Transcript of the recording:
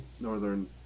northern